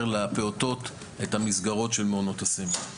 לפעוטות את המסגרות של מעונות הסמל.